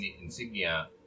insignia